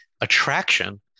attraction